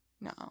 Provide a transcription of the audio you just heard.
No